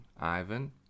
Ivan